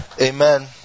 Amen